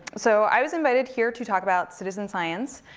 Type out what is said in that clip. so i was invited here to talk about citizen science,